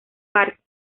parque